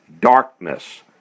Darkness